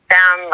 down